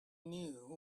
knew